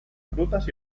frutas